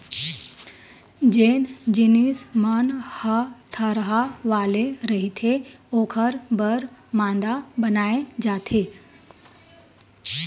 जेन जिनिस मन ह थरहा वाले रहिथे ओखर बर मांदा बनाए जाथे